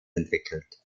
entwickelt